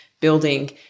building